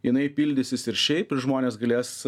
jinai pildysis ir šiaip žmonės galės